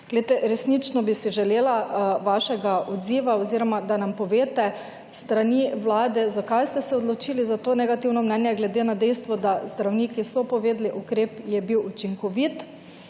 resnično bi si želela vašega odziva oziroma, da nam poveste s strani Vlade, zakaj ste se odločili za to negativno mnenje glede na dejstvo, da zdravniki so povedali, ukrep je bil učinkovit.